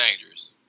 dangerous